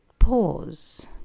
pause